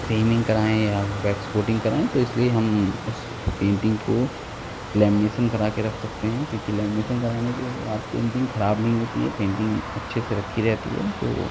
framing कराएँ या wax coating कराएँ तो इसलिए हम उस पेन्टिंग को लैमीनेसन करा के रख सकते हैं क्योंकि लैमीनेसन कराने के बाद पेन्टिंग खराब नहीं होती है पेन्टिंग अच्छे से रखी रहती है जो